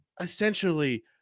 essentially